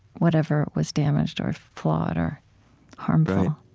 whatever was damaged or flawed or harmful